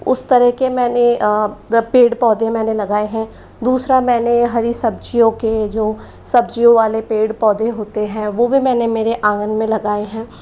उस तरह के मैंने पेड़ पौधे मैंने लगाए हैं दूसरा मैंने हरी सब्ज़ियों के जो सब्ज़ियों वाले पेड़ पौधे होते हैं वो वो मैंने मेरे आँगन में लगाए हैं